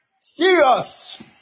serious